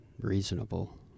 reasonable